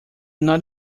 not